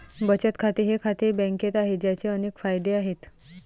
बचत खाते हे खाते बँकेत आहे, ज्याचे अनेक फायदे आहेत